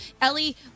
Ellie